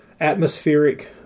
atmospheric